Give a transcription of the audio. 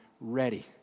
ready